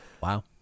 Wow